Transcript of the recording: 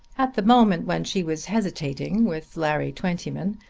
at the moment when she was hesitating with larry twentyman,